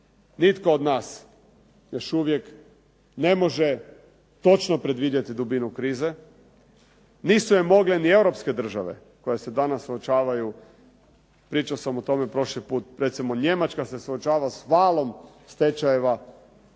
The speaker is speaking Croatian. Nitko od nas još uvijek ne može predvidjeti dubinu krize. Nisu je mogle ni europske države koje se danas suočavaju, pričao sam o tome prošli put. Recimo Njemačka se suočava sa valom stečajeva